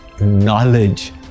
knowledge